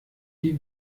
die